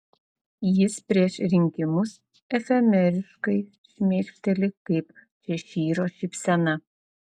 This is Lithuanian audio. jis prieš rinkimus efemeriškai šmėkšteli kaip češyro šypsena